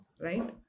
Right